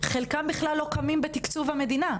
חלקם בכלל לא קמים בתקצוב המדינה,